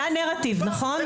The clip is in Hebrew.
נכון?